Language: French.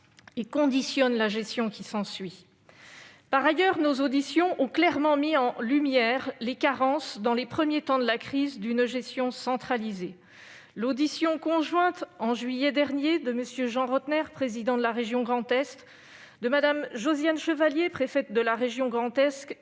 la suite, la gestion de celle-ci. Par ailleurs, nos auditions ont clairement mis en lumière les carences, dans les premiers temps de la crise, de la gestion centralisée. L'audition conjointe, au mois de juillet dernier, de M. Jean Rottner, président de la région Grand Est, de Mmes Josiane Chevalier, préfète de la région Grand Est,